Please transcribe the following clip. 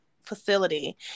facility